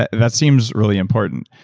that that seems really important.